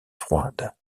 froides